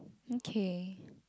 mm kay